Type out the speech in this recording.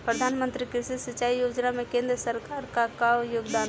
प्रधानमंत्री कृषि सिंचाई योजना में केंद्र सरकार क का योगदान ह?